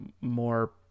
more